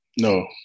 No